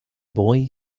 boy